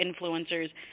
influencers